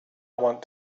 want